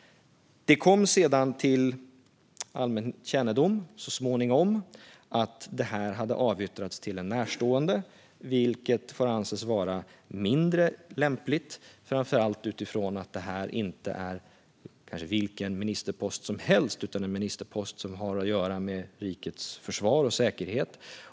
Det kom så småningom till allmän kännedom att de hade avyttrats till en närstående, vilket får anses vara mindre lämpligt, framför allt utifrån att det inte är fråga om vilken ministerpost som helst utan en ministerpost som har att göra med rikets försvar och säkerhet.